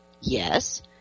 yes